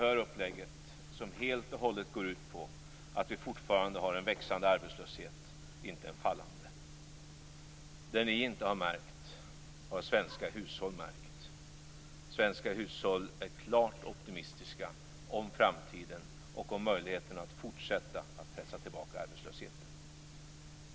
Det upplägget går helt och hållet ut på att vi fortfarande har en växande arbetslöshet och inte en fallande. Det ni inte har märkt har svenska hushåll märkt. Svenska hushåll är klart optimistiska om framtiden och om möjligheterna att fortsätta att pressa tillbaka arbetslösheten.